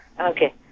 Okay